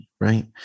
right